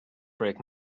break